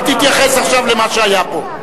אל תתייחס עכשיו למה שהיה פה.